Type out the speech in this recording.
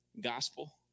gospel